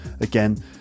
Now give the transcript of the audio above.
again